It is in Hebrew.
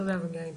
תודה אביגיל.